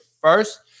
first